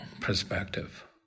perspective